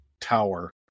tower